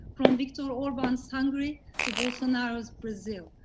from viktor orban's hungary to bolsonaro's brazil,